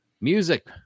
Music